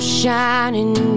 shining